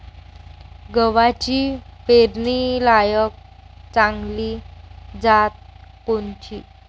गव्हाची पेरनीलायक चांगली जात कोनची?